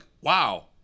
wow